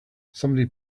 somebody